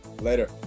Later